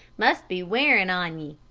must be wearin' on ye.